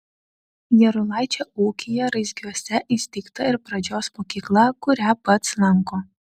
jarulaičio ūkyje raizgiuose įsteigta ir pradžios mokykla kurią pats lanko